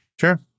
Sure